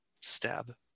stab